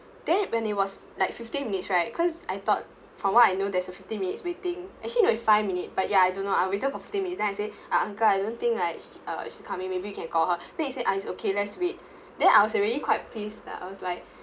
then when it was like fifteen minutes right because I thought from what I know there's a fifteen minutes waiting actually no it's five minutes but ya I don't know I waited for fifteen minutes then I say uncle I don't think like sh~ uh she's coming maybe you can call her then he say it's okay let's wait then I was already quite pissed lah I was like